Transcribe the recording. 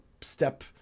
step